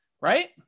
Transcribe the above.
right